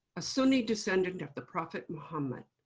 a sunni descendant of the prophet muhammad,